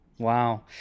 Wow